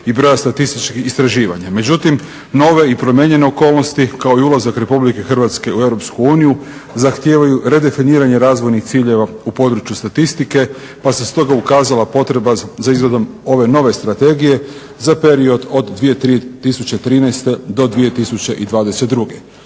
i broja statističkih istraživanja. Međutim, nove i promijenjene okolnosti kao i ulazak Republike Hrvatske u EU zahtijevaju redefiniranje razvojnih ciljeva u području statistike pa se stoga ukazala potreba za izradom ove nove strategije za period od 2013. do 2022.